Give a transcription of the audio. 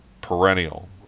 perennial